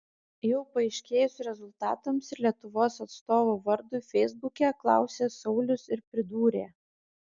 jau paaiškėjus rezultatams ir lietuvos atstovo vardui feisbuke klausė saulius ir pridūrė